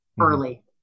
early